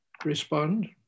respond